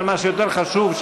אבל מה שיותר חשוב,